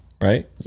right